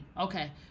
Okay